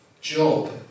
job